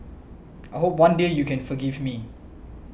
I hope one day you can forgive me